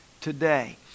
today